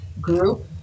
group